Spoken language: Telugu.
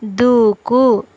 దూకు